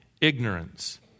ignorance